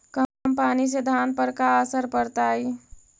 कम पनी से धान पर का असर पड़तायी?